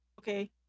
Okay